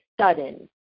sudden